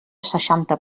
seixanta